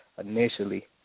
initially